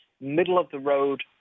middle-of-the-road